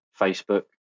Facebook